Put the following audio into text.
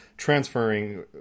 transferring